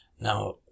Now